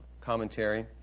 commentary